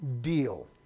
deal